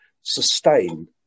sustain